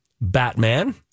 Batman